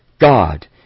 God